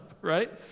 Right